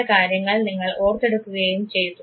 ചില കാര്യങ്ങൾ നിങ്ങൾ ഓർത്തെടുക്കുകയും ചെയ്തു